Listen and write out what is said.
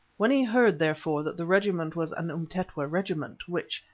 when he heard, therefore, that the regiment was an umtetwa regiment, which,